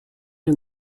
and